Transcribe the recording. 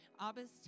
Abba's